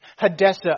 Hadessa